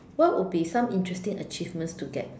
what would be some interesting achievements to get